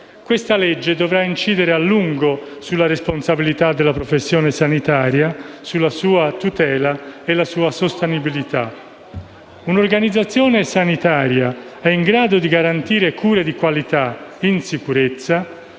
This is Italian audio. Questo provvedimento dovrà incidere a lungo sulla responsabilità della professione sanitaria, sulla sua tutela e sulla sua sostenibilità. Un'organizzazione sanitaria è in grado di garantire cure di qualità in sicurezza